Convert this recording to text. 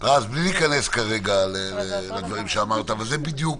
בלי להיכנס כרגע לדברים שאמרת, אבל זו בדיוק